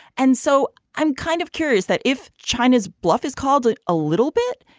and so i'm kind of curious that if china's bluff is called like a little bit.